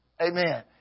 Amen